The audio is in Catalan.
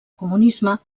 comunisme